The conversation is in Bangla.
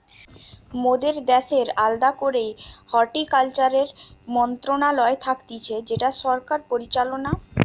মোদের দ্যাশের আলদা করেই হর্টিকালচারের মন্ত্রণালয় থাকতিছে যেটা সরকার পরিচালনা করতিছে